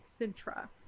Sintra